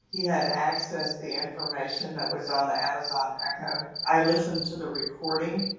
he had accessed the information that was on the amazon echo. i listened to the recording.